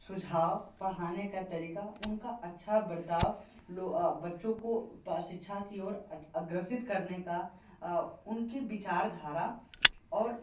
सुझाव पढ़ाने का तरीका उनका अच्छा बर्ताव लो बच्चों को शिक्षा की ओर अग्रसित करने का उनकी विचारधारा और